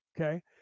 Okay